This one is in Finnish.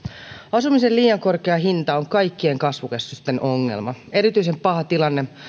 asumisen liian korkea hinta on kaikkien kasvukeskusten ongelma erityisen paha tilanne